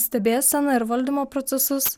stebėseną ir valdymo procesus